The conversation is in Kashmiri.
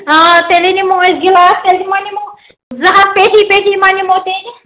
آ تیٚلے نِمو أسۍ گِلاس تیٚلہِ یِمو نِمو زٕ ہَتھ پیٚٹھی پیٚٹھی ما نِمو تیٚلہِ